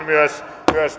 myös myös